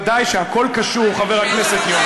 בוודאי שהכול קשור, חבר הכנסת יונה.